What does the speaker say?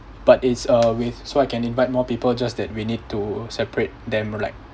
but it's a with so I can invite more people just that we need to separate them like